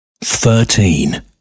thirteen